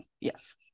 yes